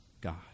God